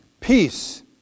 Peace